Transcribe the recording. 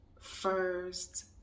first